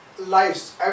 lives